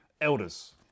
elders